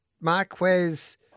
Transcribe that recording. Marquez